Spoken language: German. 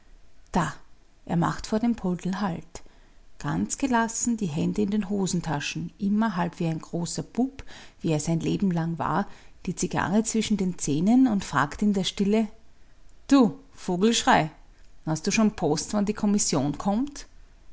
da er macht vor dem poldl halt ganz gelassen die hände in den hosentaschen immer halb wie ein großer bub wie er sein leben lang war die zigarre zwischen den zähnen und fragt in der stille du vogelschrey hast du schon post wann die kommission kommt